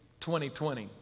2020